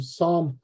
Psalm